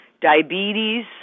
Diabetes